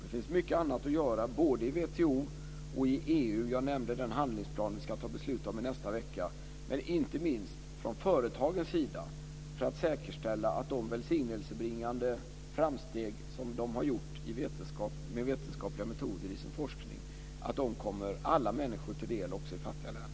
Det finns mycket annat att göra, såväl i WTO som i EU - jag nämnde den handlingsplan som vi ska fatta beslut om i nästa vecka - och inte minst från företagen för att säkerställa att de välsignelsebringande framsteg som de har gjort med vetenskapliga metoder i sin forskning kommer alla till del, också människor i fattiga länder.